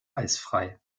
eisfrei